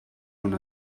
una